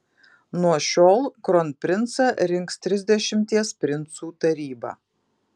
nuo šiol kronprincą rinks trisdešimties princų taryba